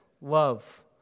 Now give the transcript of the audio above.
love